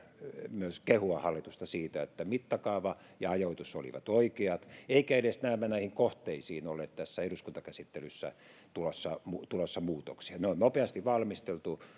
myös kehua hallitusta siitä että mittakaava ja ajoitus olivat oikeat eikä edes näemmä näihin kohteisiin ole tässä eduskuntakäsittelyssä tulossa muutoksia ne on nopeasti valmisteltu